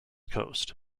coast